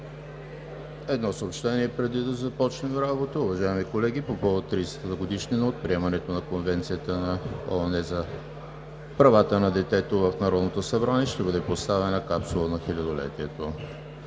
Едно съобщение преди да започнем работа: Уважаеми колеги, по повод 30-ата годишнина от приемането на Конвенцията на ООН за правата на детето в Народното събрание ще бъде поставена Капсула на хилядолетието.